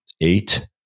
eight